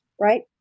right